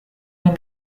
нам